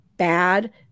Bad